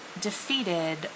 defeated